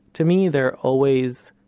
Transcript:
to me they are always,